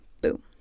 Boom